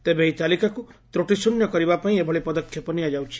ତେବେ ଏହି ତାଲିକାକୁ ତୁଟିଶ୍ୱନ୍ୟ କରିବା ପାଇଁ ଏଭଳି ପଦକ୍ଷେପ ନିଆଯାଉଛି